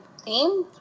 Theme